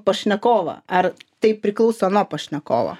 pašnekovą ar tai priklauso nuo pašnekovo